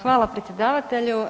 Hvala predsjedavatelju.